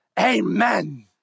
Amen